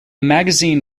magazine